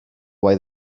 why